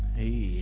a,